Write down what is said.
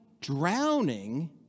drowning